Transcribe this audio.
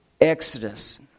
Exodus